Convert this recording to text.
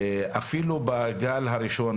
אפילו בגל הראשון,